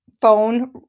phone